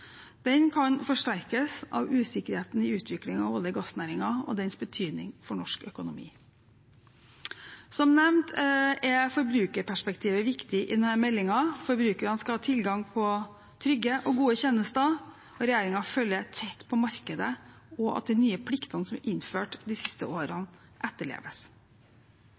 Den kan forsterkes av usikkerheten i utviklingen av olje- og gassnæringen og dens betydning for norsk økonomi. Som nevnt er forbrukerperspektivet viktig i denne meldingen. Forbrukerne skal ha tilgang på trygge og gode tjenester, og regjeringen følger tett med på markedet og at de nye pliktene som er innført de siste årene, etterleves.